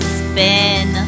spin